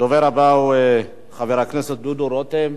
הדובר הבא הוא חבר הכנסת דודו רותם,